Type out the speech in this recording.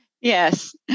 Yes